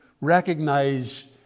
recognize